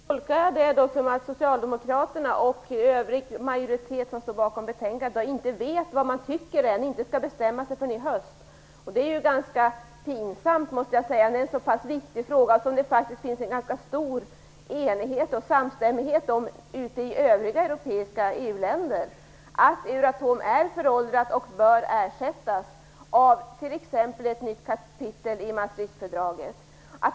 Herr talman! Jag tolkar det som att socialdemokraterna och övrig majoritet som står bakom betänkandet inte vet vad man tycker än och inte skall bestämma sig förrän i höst. Det är ganska pinsamt, måste jag säga, att Sveriges riksdag inte kan ha en uppfattning om en så pass viktig fråga. Det finns faktiskt en ganska stor enighet och samstämmighet i övriga europeiska EU-länder om att Euratom är föråldrat och bör ersättas av t.ex. ett nytt kapitel i Maastrichtfördraget.